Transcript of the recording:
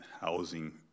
housing